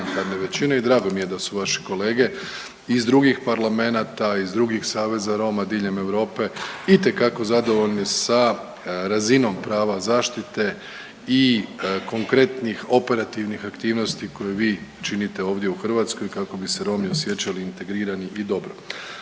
I drago mi je da su vaši kolege iz drugih parlamenata, iz drugih saveza Roma diljem Europe itekako zadovoljni sa razinom prava zaštite i konkretnih operativnih aktivnosti koje vi činite ovdje u Hrvatskoj kako bi se Romi osjećali integrirani i dobro.